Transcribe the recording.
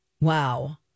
Wow